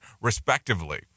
respectively